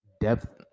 depth